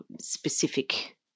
specific